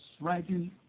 writing